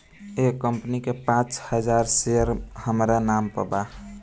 एह कंपनी के पांच हजार शेयर हामरा नाम पर बा